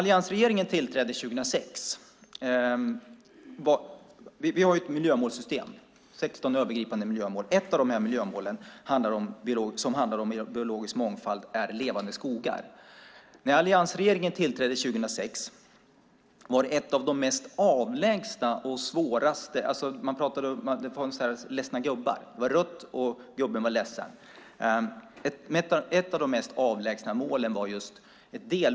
Vi har ett miljömålssystem med 16 övergripande miljömål. Ett av de mål som gäller biologisk mångfald är Levande skogar. När alliansregeringen tillträdde 2006 var ett av de mest avlägsna målen ett delmål under Levande skogar som handlade om att skydda skyddsvärda skogar.